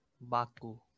Baku